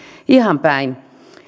ihan päin